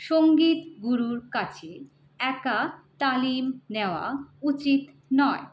সঙ্গীত গুরুর কাছে একা তালিম নেওয়া উচিত নয়